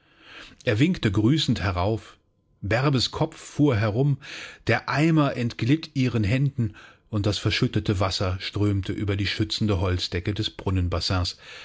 er winkte grüßend herauf bärbes kopf fuhr herum der eimer entglitt ihren händen und das verschüttete wasser strömte über die schützende holzdecke des